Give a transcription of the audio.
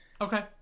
okay